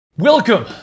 Welcome